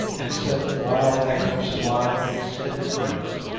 and set the wild echoes flying in sober earnest.